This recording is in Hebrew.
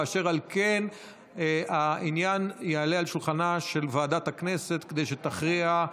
ואשר על כן העניין יעלה על שולחנה של ועדת הכנסת כדי שתכריע,